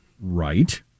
Right